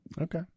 okay